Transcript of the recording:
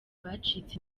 bacitse